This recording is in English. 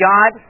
God